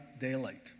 daylight